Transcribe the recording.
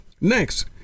Next